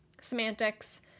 Semantics